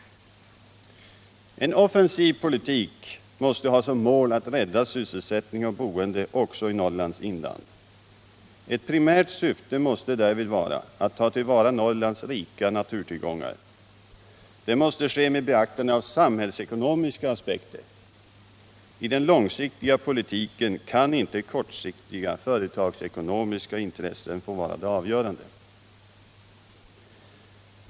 En offensiv politik måste ha som mål att rädda sysselsättning och boende också i Norrlands inland. Ett primärt syfte måste därvid vara att ta till vara Norrlands rika naturtillgångar. Det måste ske med beaktande av samhällsekonomiska aspekter. I den långsiktiga politiken kan inte kortsiktiga företagsekonomiska intressen få vara de avgörande.